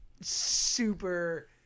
super